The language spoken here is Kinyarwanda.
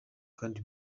kandi